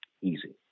easy